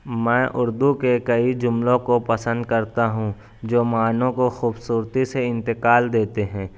میں اُردو کے کئی جملوں کو پسند کرتا ہوں جو معنوں کو خوبصورتی سے اِنتقال دیتے ہیں